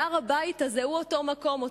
הר-הבית הזה הוא אותו מקום,